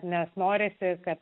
nes norisi kad